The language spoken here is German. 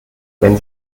wenn